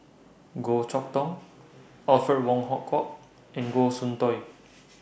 Goh Chok Tong Alfred Wong Hong Kwok and Goh Soon Tioe